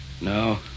No